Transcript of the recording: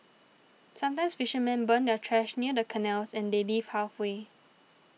sometimes fishermen burn their trash near the canals and they leave halfway